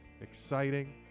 exciting